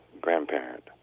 grandparent